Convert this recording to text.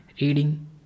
reading